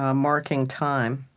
ah marking time.